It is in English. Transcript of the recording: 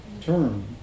term